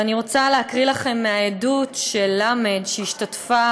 אני רוצה להקריא לכם מהעדות של ל', שהשתתפה